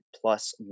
plus